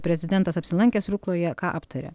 prezidentas apsilankęs rukloje ką aptarė